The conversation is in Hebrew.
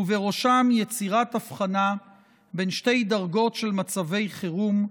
ובראשם יצירת הבחנה בין שתי דרגות של מצבי חירום,